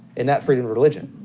and not freedom of religion.